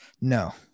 No